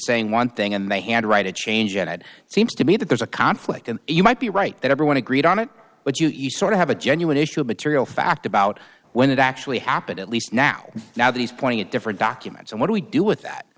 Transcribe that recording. saying one thing and they had a right to change and it seems to me that there's a conflict and you might be right that everyone agreed on it but you sort of have a genuine issue of material fact about when it actually happened at least now now these pointing at different documents and what do we do with that